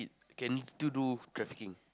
can still do trafficking